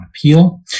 appeal